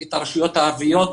את הרשויות הערביות,